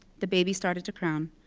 the baby started to crown.